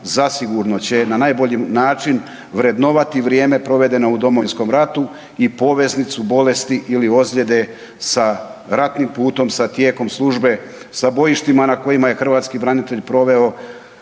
zasigurno će na najbolji način vrednovati vrijeme provedeno u Domovinskom ratu i poveznicu bolesti ili ozljede sa ratnim putom, sa tijekom službe, sa bojištima na kojima je hrvatski branitelj proveo